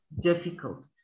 difficult